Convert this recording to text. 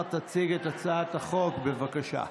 אלהרר תציג את הצעת החוק, בבקשה.